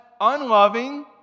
unloving